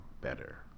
better